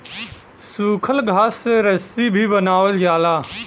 सूखल घास से रस्सी भी बनावल जाला